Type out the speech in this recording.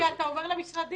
כי אתה אומר למשרדים.